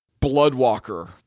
Bloodwalker